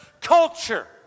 culture